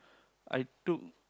I took